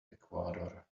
ecuador